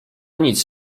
nic